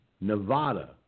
Nevada